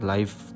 Life